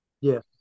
yes